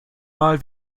mal